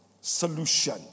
solution